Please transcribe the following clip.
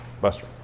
Buster